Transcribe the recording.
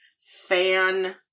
fan